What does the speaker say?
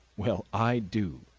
well, i do!